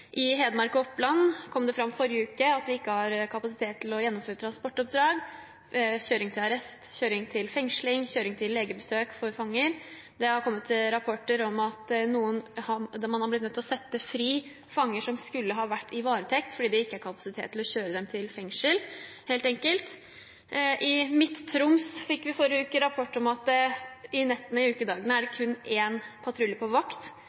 kom det i forrige uke fram at man i Hedmark og Oppland ikke har kapasitet til å gjennomføre transportoppdrag: kjøring til arrest, kjøring til fengsling, kjøring til legebesøk for fanger. Det har kommet rapporter om at man har blitt nødt til å sette fri fanger som skulle ha vært i varetekt, fordi det helt enkelt ikke var kapasitet til å kjøre dem til fengsel. Fra Midt-Troms fikk vi i forrige uke rapport om at det om nettene i ukedagene er kun én patrulje på vakt